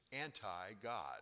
Anti-God